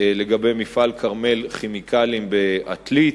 לגבי מפעל "כרמל כימיקלים" בעתלית.